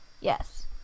Yes